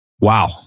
Wow